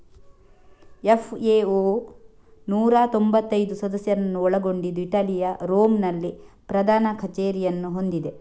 FAO ನೂರಾ ತೊಂಭತ್ತೈದು ಸದಸ್ಯರನ್ನು ಒಳಗೊಂಡಿದ್ದು ಇಟಲಿಯ ರೋಮ್ ನಲ್ಲಿ ಪ್ರಧಾನ ಕಚೇರಿಯನ್ನು ಹೊಂದಿದೆ